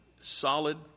solid